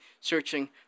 searching